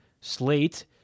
slate